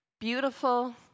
beautiful